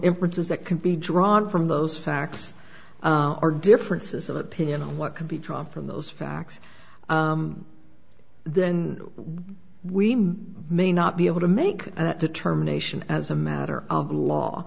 inferences that can be drawn from those facts are differences of opinion and what can be drawn from those facts then we may or may not be able to make that determination as a matter of law